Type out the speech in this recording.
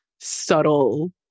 subtle